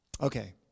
Okay